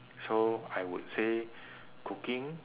so I would say cooking